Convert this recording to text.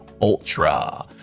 ultra